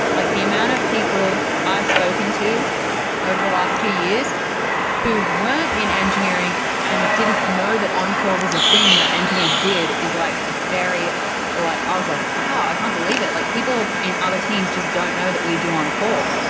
like the amount of people i've spoken to over the last two years who weren't in engineering and didn't know that on-call was a thing that engineers did is like very i ah was like, wow, i can't believe it. like people in other teams just don't know that we do on-call.